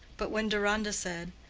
but when deronda said,